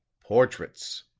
portraits,